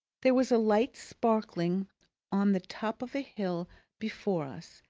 there was a light sparkling on the top of a hill before us,